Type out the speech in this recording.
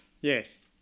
Yes